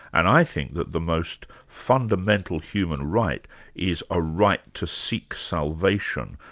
and i think that the most fundamental human right is a right to seek salvation,